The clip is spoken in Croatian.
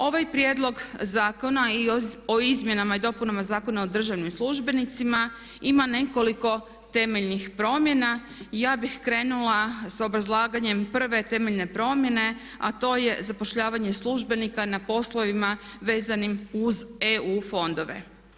Ovaj Prijedlog zakona i o Izmjenama i dopunama Zakona o državnim službenicima ima nekoliko temeljnih promjena i ja bih krenula sa obrazlaganjem prve temeljne promjene a to je zapošljavanje službenika na poslovima vezanim uz EU fondove.